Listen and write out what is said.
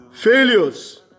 failures